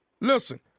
Listen